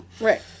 Right